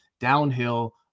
downhill